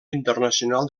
internacional